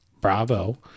bravo